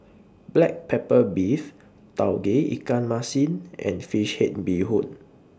Black Pepper Beef Tauge Ikan Masin and Fish Head Bee Hoon